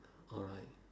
alright